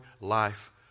life